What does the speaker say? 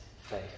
faith